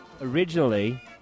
originally